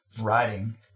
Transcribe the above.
writing